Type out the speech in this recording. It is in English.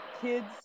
kids